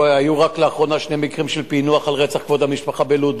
היו רק לאחרונה שני מקרים של פענוח רצח על רקע כבוד המשפחה בלוד.